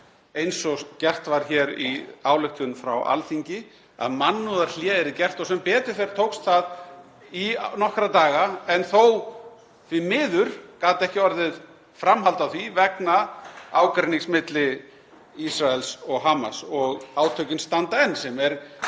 eins og gert var hér í ályktun frá Alþingi, að mannúðarhlé yrði gert og sem betur fer tókst það í nokkra daga en þó, því miður, gat ekki orðið framhald á því vegna ágreinings milli Ísraels og Hamas og átökin standa enn sem er